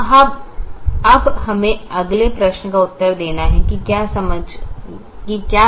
तो अब हमें अगले प्रश्न का उत्तर देना है कि डुअल क्या है